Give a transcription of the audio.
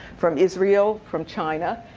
from israel, from china.